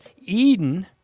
Eden